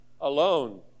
alone